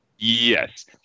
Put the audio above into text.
Yes